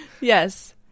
Yes